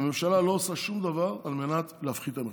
הממשלה לא עושה שום דבר על מנת להפחית את המחיר.